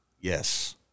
Yes